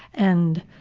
and